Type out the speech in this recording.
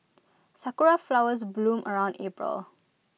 Sakura Flowers bloom around April